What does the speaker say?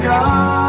God